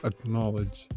Acknowledge